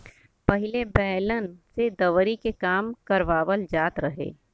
पहिले बैलन से दवरी के काम करवाबल जात रहे